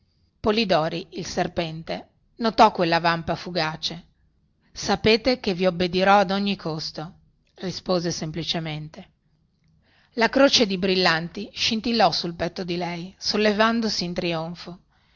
polidori il serpente notò quella vampa fugace sapete che vi obbedirò ad ogni costo rispose semplicemente la croce di brillanti scintillò sul petto di lei sollevandosi in trionfo